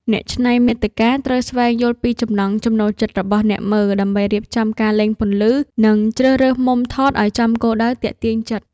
អ្នកច្នៃមាតិកាត្រូវស្វែងយល់ពីចំណង់ចំណូលចិត្តរបស់អ្នកមើល ដើម្បីរៀបចំការលេងពន្លឺ និង ជ្រើសរើសមុំថតឱ្យចំគោលដៅទាក់ទាញចិត្ត។